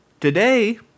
Today